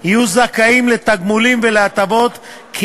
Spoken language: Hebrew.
סעיפים 1 10,